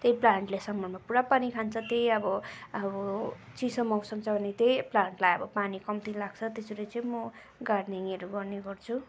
त्यही प्लान्टले समरमा पुरा पानी खान्छ त्यही अब अब चिसो मौसम छ भने त्यही प्लान्टलाई अब पानी कम्ती लाग्छ त्यसरी चाहिँ म गार्डनिङहरू गर्ने गर्छु